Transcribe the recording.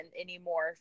anymore